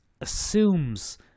assumes